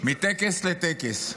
מטקס לטקס.